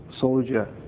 soldier